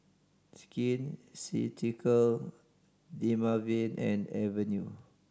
Skin Ceuticals Dermaveen and Avene